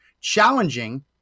challenging